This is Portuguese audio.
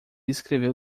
escreveu